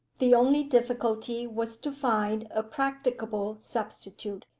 the only difficulty was to find a practicable substitute.